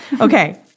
Okay